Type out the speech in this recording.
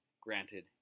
granted